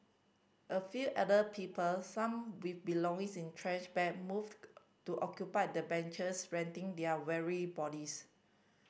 a few elder people some with belongings in trash bag moved to occupy the benches renting their weary bodies